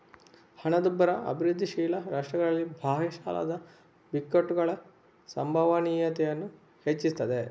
ಹಣದುಬ್ಬರ ಅಭಿವೃದ್ಧಿಶೀಲ ರಾಷ್ಟ್ರಗಳಲ್ಲಿ ಬಾಹ್ಯ ಸಾಲದ ಬಿಕ್ಕಟ್ಟುಗಳ ಸಂಭವನೀಯತೆಯನ್ನ ಹೆಚ್ಚಿಸ್ತದೆ